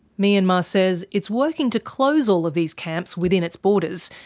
myanmar says it's working to close all of these camps within its borders,